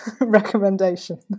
recommendation